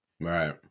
Right